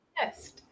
Yes